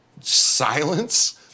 silence